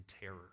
terror